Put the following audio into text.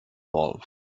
valve